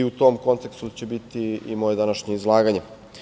U tom kontekstu će biti i moje današnje izlaganje.